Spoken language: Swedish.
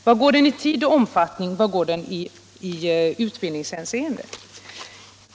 Var går gränsen i tid och omfattning och var går den i utbildningshänseende?